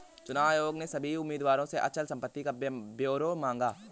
चुनाव आयोग ने सभी उम्मीदवारों से अचल संपत्ति का ब्यौरा मांगा